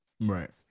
Right